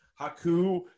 Haku